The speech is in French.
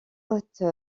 haute